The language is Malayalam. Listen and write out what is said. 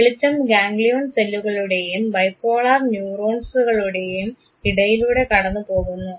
വെളിച്ചം ഗാംഗ്ലിയോൺ സെല്ലുകളുടെയും ബൈപോളർ ന്യൂറോൺസുകളുടെയും ഇടയിലൂടെ കടന്നുപോകുന്നു